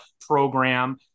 program